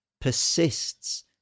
persists